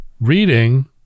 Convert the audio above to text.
reading